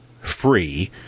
free